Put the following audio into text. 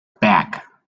back